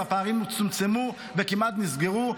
והפערים צומצמו וכמעט נסגרו.